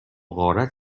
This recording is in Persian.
غارت